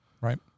Right